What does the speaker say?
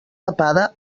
tapada